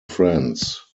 friends